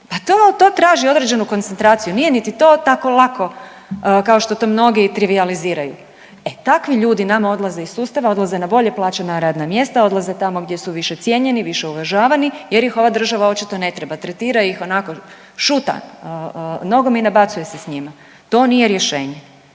pa to traži određenu koncentraciju nije niti to tako lako kao što to mnogi trivijaliziraju. E takvi ljudi nama odlaze iz sustava, odlaze na bolje plaćena radna mjesta, odlaze tamo gdje su više cijenjeni, više uvažavani jer ih ova država očito ne treba. Tretira ih onako, šuta nogom i nabacuje je s njima. To nije rješenje.